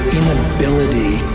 inability